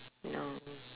no